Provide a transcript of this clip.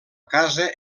casa